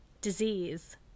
Disease